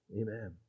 Amen